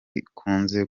bikunze